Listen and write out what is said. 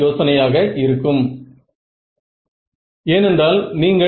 Xa வின் மதிப்பு எனக்கு தெரிய வேண்டும்